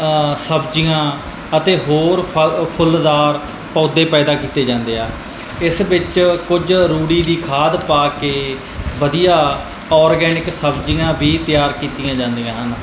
ਸਬਜ਼ੀਆਂ ਅਤੇ ਹੋਰ ਫਲ ਫੁੱਲਦਾਰ ਪੌਦੇ ਪੈਦਾ ਕੀਤੇ ਜਾਂਦੇ ਆ ਇਸ ਵਿੱਚ ਕੁਝ ਰੂੜੀ ਦੀ ਖਾਦ ਪਾ ਕੇ ਵਧੀਆ ਔਰਗੈਨਿਕ ਸਬਜ਼ੀਆਂ ਵੀ ਤਿਆਰ ਕੀਤੀਆਂ ਜਾਂਦੀਆਂ ਹਨ